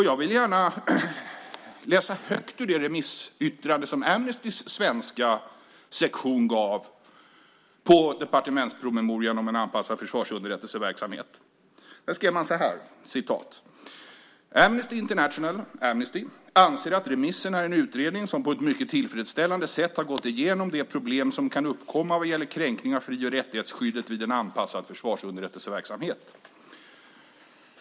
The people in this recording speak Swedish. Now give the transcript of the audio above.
Jag vill gärna läsa högt ur det remissyttrande som Amnestys svenska sektion gav på departementspromemorian om en anpassad försvarsunderrättelseverksamhet. Där skrev man så här: Amnesty International, Amnesty, anser att remissen är en utredning som på ett mycket tillfredsställande sätt har gått igenom de problem som kan uppkomma vad gäller kränkning av fri och rättighetsskyddet vid en anpassad försvarsunderrättelseverksamhet.